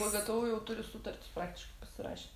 vgtu jau turi sutartis praktiškai pasirašę